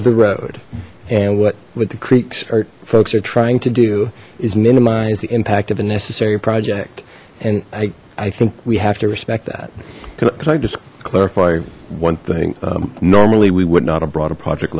the road and what what the creeks our folks are trying to do is minimize the impact of a necessary project and i i think we have to respect that because i just clarify one thing normally we would not have brought a project